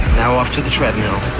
now off to the treadmill.